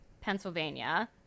Pennsylvania